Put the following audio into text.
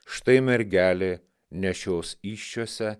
štai mergelė nešios įsčiose